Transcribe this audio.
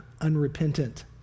unrepentant